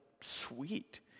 sweet